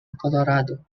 colorado